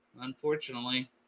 Unfortunately